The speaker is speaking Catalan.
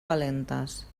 calentes